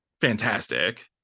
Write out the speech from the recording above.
fantastic